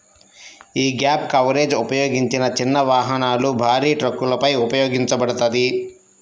యీ gap coverage ఉపయోగించిన చిన్న వాహనాలు, భారీ ట్రక్కులపై ఉపయోగించబడతది